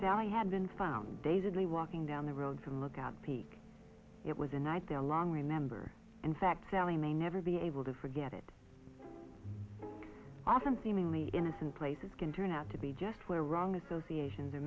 i had been found david lee walking down the road from lookout peak it was a night they're long remember in fact sally may never be able to forget it often seemingly innocent places can turn out to be just where wrong associations are